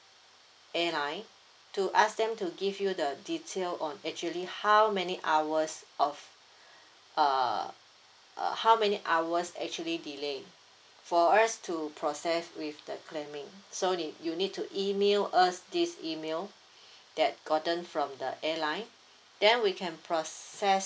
airline to ask them to give you the detail on actually how many hours of uh uh how many hours actually delay for us to process with the claiming so nee~ you need to email us this email that gotten from the airline then we can process